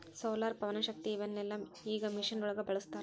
solar, ಪವನಶಕ್ತಿ ಇವನ್ನೆಲ್ಲಾ ಈಗ ಮಿಷನ್ ಒಳಗ ಬಳಸತಾರ